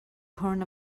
horn